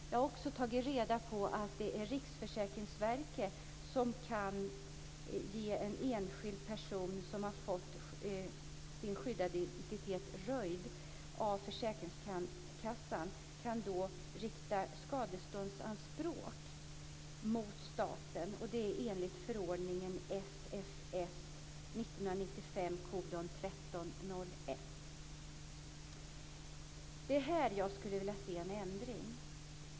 Jag har också tagit reda på att det handlar om Riksförsäkringsverket och att en enskild person som har fått sin skyddade identitet röjd av försäkringskassan kan rikta skadeståndsanspråk mot staten, enligt förordningen Det är i det här avseendet som jag skulle vilja se en ändring.